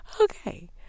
okay